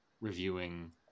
reviewing